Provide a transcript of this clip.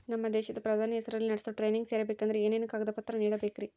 ನಮ್ಮ ದೇಶದ ಪ್ರಧಾನಿ ಹೆಸರಲ್ಲಿ ನಡೆಸೋ ಟ್ರೈನಿಂಗ್ ಸೇರಬೇಕಂದರೆ ಏನೇನು ಕಾಗದ ಪತ್ರ ನೇಡಬೇಕ್ರಿ?